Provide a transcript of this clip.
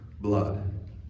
blood